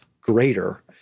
greater